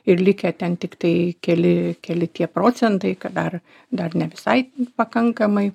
ir likę ten tiktai keli keli tie procentai dar dar ne visai pakankamai